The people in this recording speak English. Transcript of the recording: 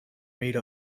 made